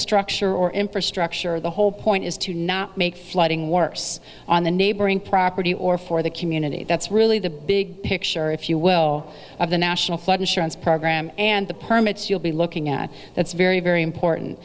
structure or infrastructure the whole point is to not make flooding worse on the neighboring property or for the community that's really the big picture if you will of the national flood insurance program and the permits you'll be looking at that's very very important